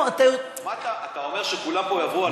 מה, אתה אומר שכולם פה יעברו על החוק?